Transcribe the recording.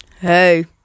hey